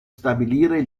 stabilire